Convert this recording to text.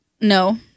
no